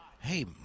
Hey